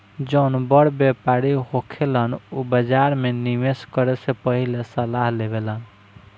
जौन बड़ व्यापारी होखेलन उ बाजार में निवेस करे से पहिले सलाह लेवेलन